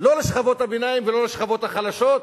לא לשכבות הביניים ולא לשכבות החלשות.